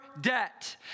debt